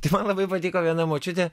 tai man labai patiko viena močiutė